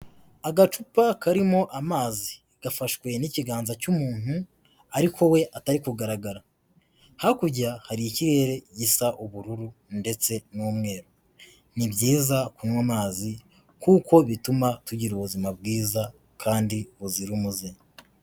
Agacupa karimo amazi, gafashwe n'ikiganza cy'umuntu ariko we atari kugaragara. Hakurya hari ikirere gisa ubururu ndetse n'umweru, ni byiza kunywa amazi kuko bituma tugira ubuzima bwiza kandi buzira umuze.